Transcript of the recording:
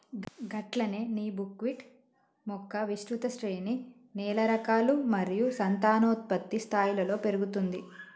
గట్లనే నీ బుక్విట్ మొక్క విస్తృత శ్రేణి నేల రకాలు మరియు సంతానోత్పత్తి స్థాయిలలో పెరుగుతుంది